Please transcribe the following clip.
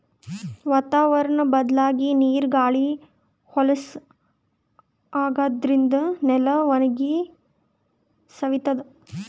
ವಾತಾವರ್ಣ್ ಬದ್ಲಾಗಿ ನೀರ್ ಗಾಳಿ ಹೊಲಸ್ ಆಗಾದ್ರಿನ್ದ ನೆಲ ಒಣಗಿ ಸವಿತದ್